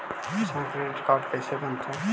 किसान credit card कैसे बनतै?